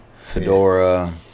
fedora